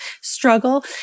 struggle